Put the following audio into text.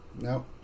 No